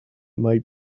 might